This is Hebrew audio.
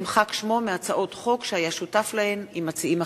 נמחק שמו מהצעות חוק שהיה שותף להן עם מציעים אחרים.